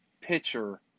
pitcher